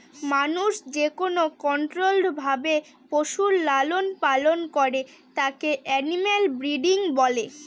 মানুষ যেকোনো কন্ট্রোল্ড ভাবে পশুর লালন পালন করে তাকে এনিম্যাল ব্রিডিং বলে